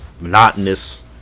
monotonous